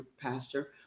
pastor